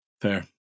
Fair